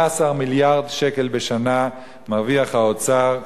14 מיליארד שקל בשנה מרוויח האוצר,